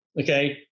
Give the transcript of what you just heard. Okay